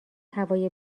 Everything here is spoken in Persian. هوای